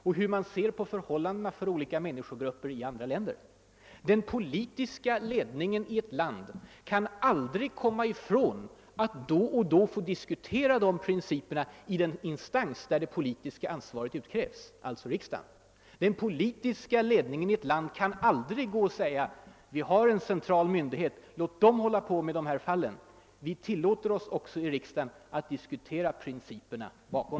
Och hur ser man på förhållandena för olika människogrupper i andra länder? Den politiska ledningen i ett land kan aldrig komma ifrån att då och då diskutera dessa principer i den instans där det politiska ansvaret utkrävs, alltså i riksdagen. Den politiska ledningen i ett land kan aldrig nöja sig med att säga: Det finns en central underordnad myndighet, som bör få hålla på med de här fallen. Nej, vi tillåter oss också i riksdagen att här diskutera principerna.